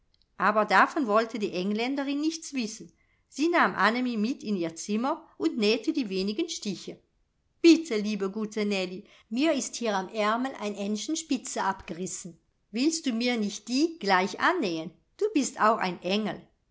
aber davon wollte die engländerin nichts wissen sie nahm annemie mit in ihr zimmer und nähte die wenigen stiche bitte liebe gute nellie mir ist hier am aermel ein endchen spitze abgerissen willst du mir nicht die gleich annähen du bist auch ein engel